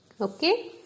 Okay